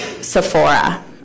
Sephora